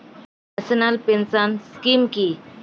National pension scheme কি?